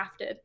crafted